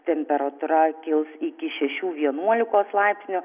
temperatūra kils iki šešių vienuolikos laipsnių